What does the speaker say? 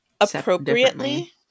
appropriately